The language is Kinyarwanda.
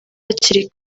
hakiri